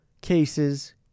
cases